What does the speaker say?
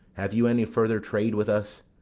have you any further trade with us?